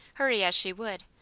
hurry as she would,